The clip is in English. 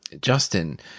Justin